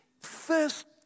first